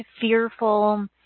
fearful